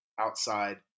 outside